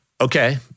okay